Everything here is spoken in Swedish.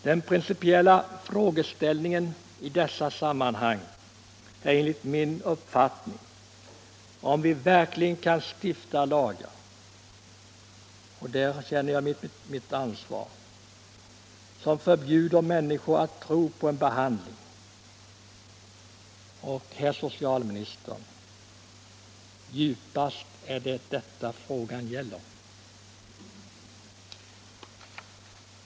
Den principiella frågeställningen i dessa sammanhang är enligt min uppfattning om vi verkligen kan stifta lagar — och där känner jag mitt ansvar — som förbjuder människor att tro på en behandling — och, herr socialminister, djupast är det detta frågan gäller.